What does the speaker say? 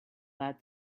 that